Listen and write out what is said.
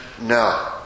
No